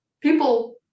people